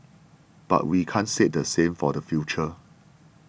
but we can't say the same for the future